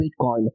Bitcoin